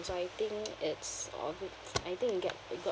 so I think it's um I think it get it got